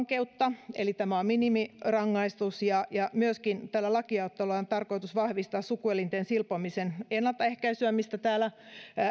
vankeutta eli tämä on minimirangaistus ja ja tällä lakialoitteella on tarkoitus myöskin vahvistaa sukuelinten silpomisen ennaltaehkäisyä mistä täällä